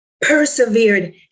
persevered